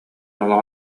олох